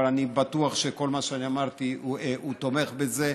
אבל אני בטוח שכל מה שאני אמרתי, הוא תומך בזה.